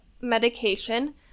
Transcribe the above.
medication